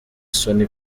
sony